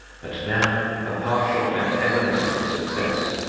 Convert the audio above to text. and now a partial and evanescent success.